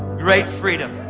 great freedom.